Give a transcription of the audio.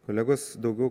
kolegos daugiau